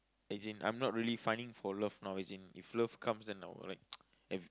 as in I'm not really finding for love now as in if love comes then I will like if